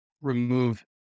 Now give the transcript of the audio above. remove